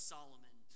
Solomon